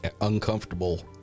uncomfortable